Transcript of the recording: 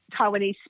Taiwanese